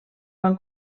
van